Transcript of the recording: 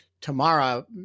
Tamara